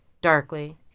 Darkly